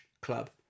club